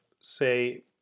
say